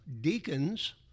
deacons